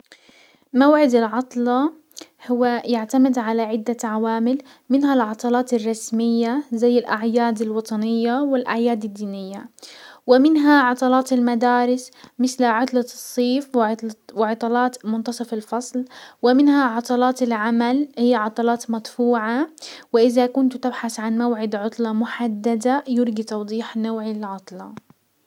موعد العطلة هو يعتمد على عدة عوامل منها العطلات الرسمية زي الاعياد الوطنية والاعياد الدينية، ومنها عطلات المدارس مسل عطلة الصيف وعطلات منتصف الفصل، ومنها عطلات العمل هي عضلات مدفوعة، وازا كنت تبحس عن موعد عطلة محددة يرجي توضيح نوع العطلة.